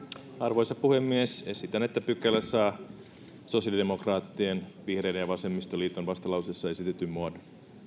arvoisa puhemies esitän että pykälä saa sosiaalidemokraattien vihreiden ja vasemmistoliiton vastalauseessa esitetyn muodon